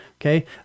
Okay